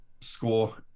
score